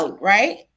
right